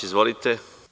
Izvolite.